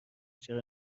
چرا